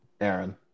Aaron